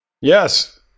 Yes